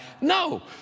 no